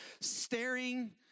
staring